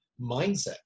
mindset